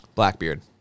blackbeard